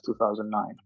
2009